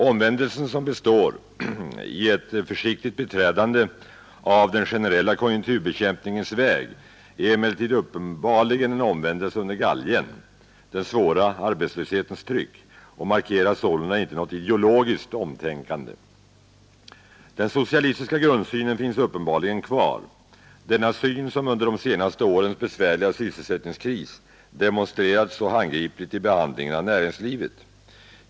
Omvändelsen som består i ett försiktigt beträdande av den generella konjunkturbekämpningens väg är emellertid uppenbarligen en omvändelse under galgen den svåra arbetslöshetens tryck — och markerar sålunda inte något ideologiskt omtänkande. Den socialistiska grundsynen finns uppenbarligen kvar, denna syn som under de senaste årens besvärliga sysselsättningskris demonstrerats så handgripligt i behandlingen av näringslivet.